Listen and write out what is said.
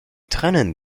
trennen